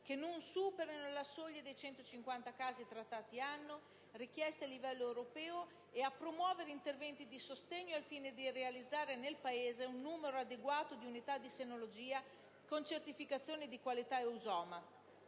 che non superano la soglia dei 150 casi trattati per anno richiesti a livello europeo e a promuovere interventi di sostegno, al fine di realizzare nel Paese un numero adeguato di unità di senologia con certificazione di qualità Eusoma,